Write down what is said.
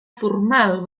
formal